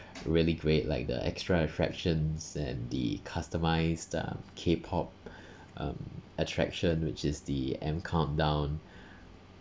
really great like the extra attractions and the customized um K pop um attraction which is the M countdown